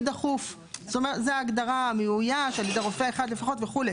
דחוף מאויש על ידי רופא אחד לפחות וכו'.